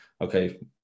okay